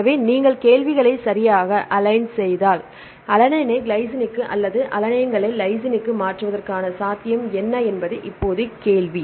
எனவே நீங்கள் கேள்விகளை சரியாக அலைன் செய்தால் அலனைனை கிளைசினுக்கு அல்லது அலனைனை லைசினுக்கு மாற்றுவதற்கான சாத்தியம் என்ன என்பது இப்போது கேள்வி